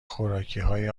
خوراکیهای